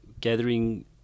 gathering